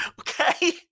Okay